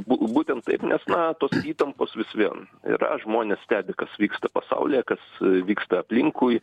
bū būtent taip nes na tos įtampos vis vien yra žmonės stebi kas vyksta pasaulyje kas vyksta aplinkui